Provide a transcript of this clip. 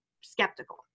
skeptical